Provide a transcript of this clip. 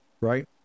right